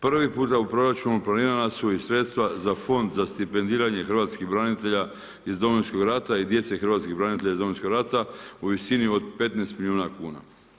Prvi puta u proračunu planirana su i sredstva za Fond za stipendiranje hrvatskih branitelja iz Domovinskog rata i djece hrvatskih branitelja iz Domovinskog rata u visini od 15 milijuna kuna.